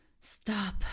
Stop